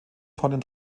tonnen